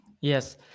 Yes